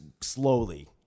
slowly